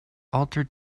altered